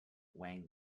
wang